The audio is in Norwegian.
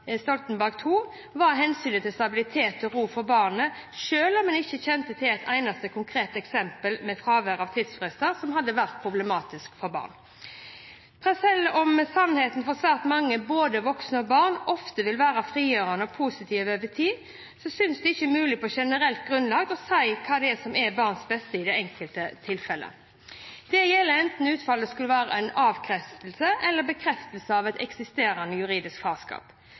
Stoltenberg II-regjeringen, var hensynet til stabilitet og ro for barnet, selv om en ikke kjente til et eneste konkret eksempel med fravær av tidsfrister som hadde vært problematiske for barn. Selv om sannheten for svært mange, både voksne og barn, ofte vil være frigjørende og positiv over tid, synes det ikke mulig på generelt grunnlag å si hva som er til barnets beste i det enkelte tilfellet. Det gjelder enten utfallet skulle være en avkreftelse av eller en bekreftelse på et eksisterende juridisk farskap.